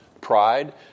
pride